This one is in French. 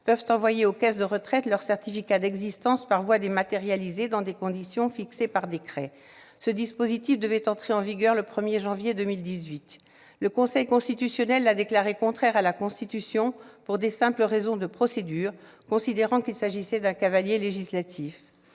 peuvent envoyer aux caisses de retraite leurs certificats d'existence par voie dématérialisée, dans des conditions fixées par décret. » Ce dispositif devait entrer en vigueur le 1 janvier 2018. Le Conseil constitutionnel l'a déclaré contraire à la Constitution pour de simples raisons de procédure, considérant qu'il s'agissait d'un « cavalier législatif